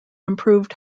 improved